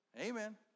Amen